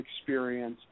experience